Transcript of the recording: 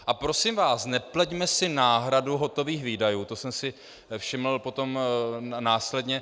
A prosím vás, nepleťme si náhradu hotových výdajů to jsem si všiml potom následně.